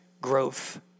growth